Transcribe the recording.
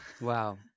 wow